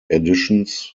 editions